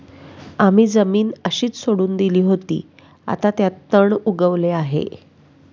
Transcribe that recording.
आम्ही जमीन अशीच सोडून दिली होती, आता त्यात तण उगवले आहे